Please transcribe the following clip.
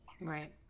Right